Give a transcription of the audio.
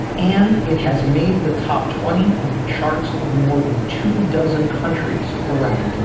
and it has made the top twenty on the charts of more than two dozen countries around